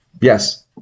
Yes